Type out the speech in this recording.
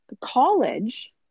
college